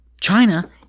China